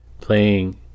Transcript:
playing